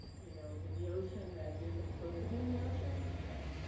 you know, in the ocean that isn't supposed to be in the ocean. so,